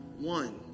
One